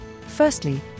Firstly